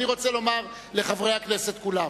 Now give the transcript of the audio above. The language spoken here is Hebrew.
אני רוצה לומר לחברי הכנסת כולם: